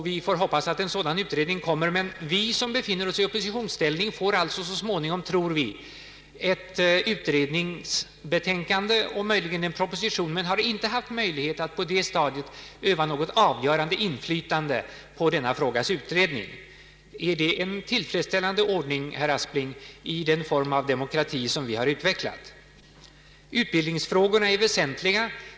Vi får hoppas att en sådan utredning kommer med goda förslag. Vi som befinner oss i oppositionsställning får alltså så småningom, tror vi, ett utredningsbetänkande och möjligen en proposition, men vi har inte haft möjlighet att på det tidigare stadiet öva något avgörande inflytande på denna frågas utredning. Är det en tillfredsställande ordning, herr Aspling, i den form av demokrati som vi har utvecklat? Utbildningsfrågorna är väsentliga.